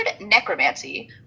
necromancy